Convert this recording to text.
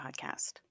Podcast